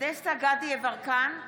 דסטה גדי יברקן,